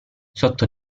sotto